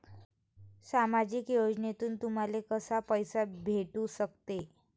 सामाजिक योजनेतून तुम्हाले कसा पैसा भेटू सकते?